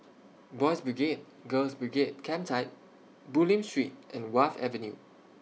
Boys' Brigade Girls' Brigade Campsite Bulim Street and Wharf Avenue